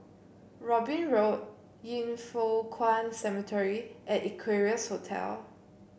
Robin Road Yin Foh Kuan Cemetery and Equarius Hotel